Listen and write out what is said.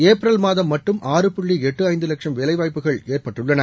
ஏப்ரல்மாதம் மட்டும் ஆறு புள்ளி எட்டு ஐந்து லட்சம் வேலைவாய்ப்புகள் ஏற்பட்டுள்ளன